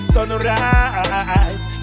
Sunrise